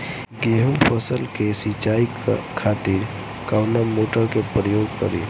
गेहूं फसल के सिंचाई खातिर कवना मोटर के प्रयोग करी?